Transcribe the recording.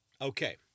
Okay